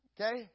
Okay